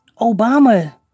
Obama